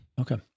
Okay